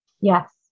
Yes